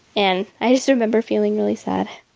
and i just remember feeling really sad.